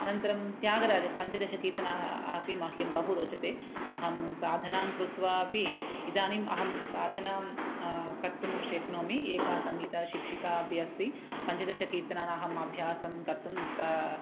अनन्तरं त्यागराजः पञ्चदशकीर्तनाः अपि मह्यं बहु रोचते अहं साधनां कृत्वा अपि इदानीम् अहं साधनां कर्तुं शक्नोमि एका सङ्गीतशिक्षिका अपि अस्ति पञ्चदशकीर्तनानामभ्यासं कर्तुं ता